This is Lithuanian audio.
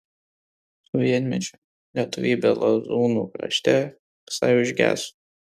sovietmečiu lietuvybė lazūnų krašte visai užgeso